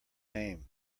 name